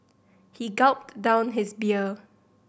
he gulped down his beer